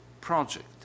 project